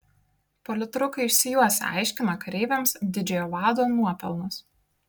politrukai išsijuosę aiškina kareiviams didžiojo vado nuopelnus